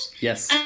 Yes